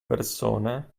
persone